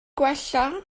gwella